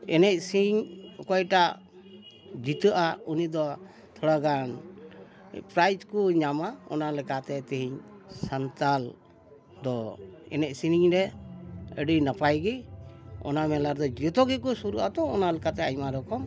ᱮᱱᱮᱡ ᱥᱮᱨᱮᱧ ᱚᱠᱚᱭᱴᱟᱜ ᱡᱤᱛᱟᱹᱜᱼᱟ ᱩᱱᱤᱫᱚ ᱛᱷᱚᱲᱟᱜᱟᱱ ᱯᱨᱟᱭᱤᱡᱽ ᱠᱚ ᱧᱟᱢᱟ ᱚᱱᱟ ᱞᱮᱠᱟᱛᱮ ᱛᱮᱦᱮᱧ ᱥᱟᱱᱛᱟᱞ ᱫᱚ ᱮᱱᱮᱡ ᱥᱮᱨᱮᱧ ᱨᱮ ᱟᱹᱰᱤ ᱱᱟᱯᱟᱭᱜᱮ ᱚᱱᱟ ᱢᱮᱞᱟ ᱨᱮᱫᱚ ᱡᱚᱛᱚ ᱜᱮᱠᱚ ᱥᱩᱨᱩᱜᱼᱟ ᱛᱚ ᱚᱱᱟ ᱞᱮᱠᱟᱛᱮ ᱟᱭᱢᱟ ᱨᱚᱠᱚᱢ